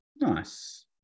Nice